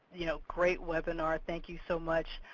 you know great webinar. thank you so much.